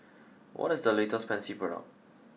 what is the latest Pansy product